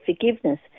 forgiveness